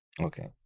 Okay